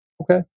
Okay